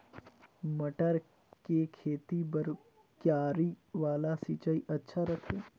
मटर के खेती बर क्यारी वाला सिंचाई अच्छा रथे?